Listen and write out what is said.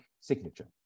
signature